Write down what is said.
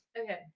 Okay